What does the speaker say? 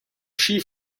sci